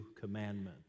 commandments